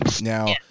now